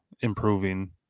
improving